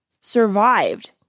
survived